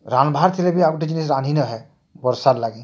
ରାନ୍ଧ୍ ବାର୍ ଥିଲେ ବି ଆଉ ଗୁଟେ ଜିନିଷ ରାନ୍ଧି ନାଇଁ ହଏ ବର୍ଷାର୍ ଲାଗି